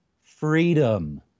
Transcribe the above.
freedom